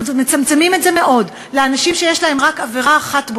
אנחנו מצמצמים את זה מאוד לאנשים שיש להם רק עבירה אחת,